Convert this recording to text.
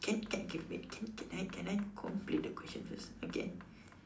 can can can wait can can I can I complete the question first okay